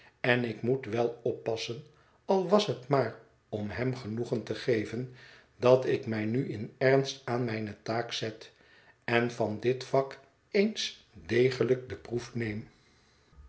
en ik moet wel oppassen al was het maar om hem genoegen te geven dat ik mij nu in ernst aan mijne taak zet en van dit vak eens degelijk de proef neem